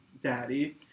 daddy